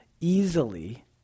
easily